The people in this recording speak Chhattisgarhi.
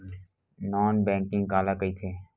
नॉन बैंकिंग काला कइथे?